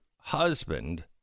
husband